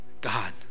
God